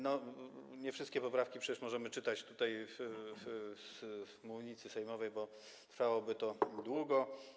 Nie wszystkie poprawki przecież możemy czytać tutaj z mównicy sejmowej, bo trwałoby to długo.